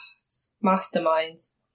Masterminds